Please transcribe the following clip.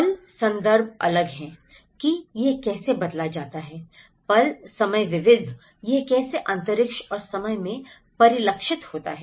पल संदर्भ अलग है कि यह कैसे बदला जाता है पल समय विविध यह कैसे अंतरिक्ष और समय में परिलक्षित होता है